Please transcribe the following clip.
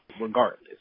regardless